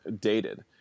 dated